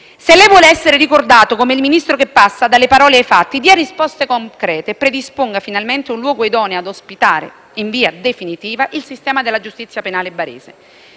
Se lei vuole essere ricordato come il Ministro che passa dalle parole ai fatti, dia risposte concrete e predisponga finalmente un luogo idoneo ad ospitare, in via definitiva, il sistema della Giustizia penale barese.